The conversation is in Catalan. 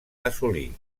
assolir